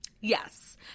Yes